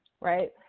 right